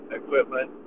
equipment